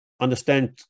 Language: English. understand